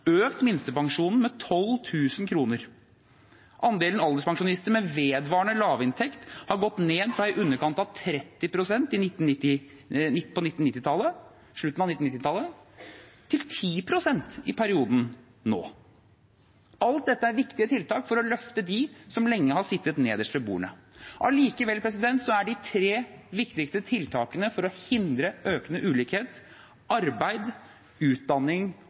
økt minstepensjonen med 12 000 kr. Andelen alderspensjonister med vedvarende lavinntekt har gått ned fra i underkant av 30 pst. på slutten av 1990-tallet til 10 pst. i perioden nå. Alt dette er viktige tiltak for å løfte dem som lenge har sittet nederst ved bordet. Allikevel er de tre viktigste tiltakene for å hindre økende ulikhet arbeid, utdanning